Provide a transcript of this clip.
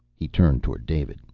he turned toward david.